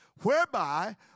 Whereby